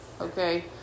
okay